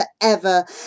forever